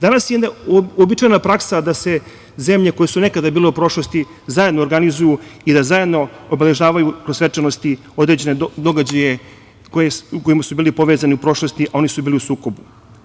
Danas je jedna uobičajena praksa da se zemlje koje su nekada bile u prošlosti zajedno organizuju i da zajedno obeležavaju kroz svečanosti određene događaje u kojima su bili povezani u prošlosti a oni su bili u sukobu.